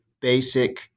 basic